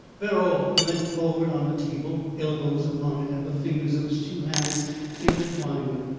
verrall leant forward on the table, elbows upon it, and the fingers of his two hands intertwined.